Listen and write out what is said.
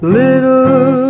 little